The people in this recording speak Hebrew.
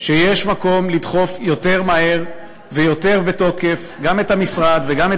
שיש מקום לדחוף יותר מהר ויותר בתוקף גם את המשרד וגם את